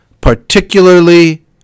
particularly